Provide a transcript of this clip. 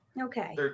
Okay